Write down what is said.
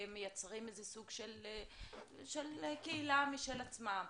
והם מייצרים איזה סוג של קהילה משל עצמם.